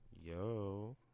yo